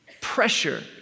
Pressure